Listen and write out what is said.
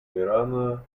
ирана